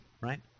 right